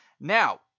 Now